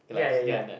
like it's near a net